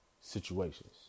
situations